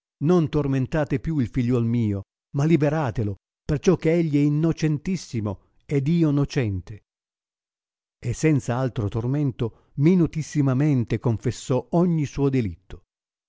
non tormentate più il figliuol mio ma liberatelo perciò che egli é innocentissimo ed io nocente e senza altro tormento minutissimamente confessò ogni suo delitto